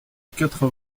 quatre